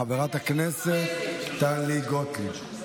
חברת הכנסת טלי גוטליב,